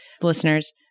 listeners